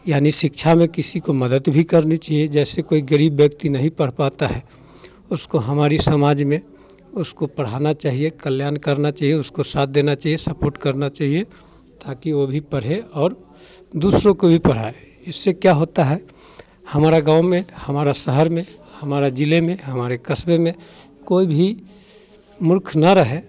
यानी शिक्षा में किसी को मदद भी करनी चाहिए जैसे कोई गरीब व्यक्ति नहीं पढ़ पाता है उसको हमारी समाज में उसको पढ़ाना चाहिए कल्याण करना चाहिए उसको साथ देना चाहिए सपॉर्ट करना चाहिए ताकि वो भी पढ़े और दूसरों को भी पढ़ाए इससे क्या होता है हमारा गाँव में हमारा शहर में हमारा जिले में हमारे कस्बे में कोई भी मूर्ख ना रहे